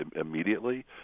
immediately